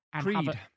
Creed